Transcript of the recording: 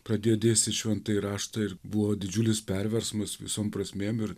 pradėjo dėstyt šventąjį raštą ir buvo didžiulis perversmas visom prasmėm ir